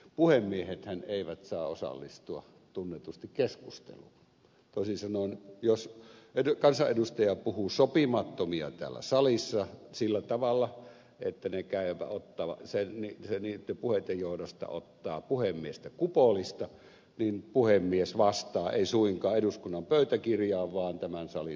puhemiehethän eivät saa osallistua tunnetusti keskusteluun toisin sanoen jos kansanedustaja puhuu sopimattomia täällä salissa sillä tavalla ja tyylikkäitä ottavat sen niin että niitten puheitten johdosta puhemiestä ottaa kupolista niin puhemies vastaa ei suinkaan eduskunnan pöytäkirjaan vaan tämän salin ulkopuolella